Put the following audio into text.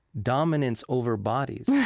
dominance over bodies, right,